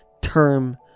term